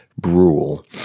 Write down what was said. Brule